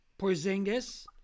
Porzingis